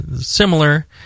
similar